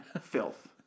filth